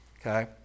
Okay